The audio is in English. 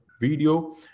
video